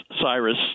Cyrus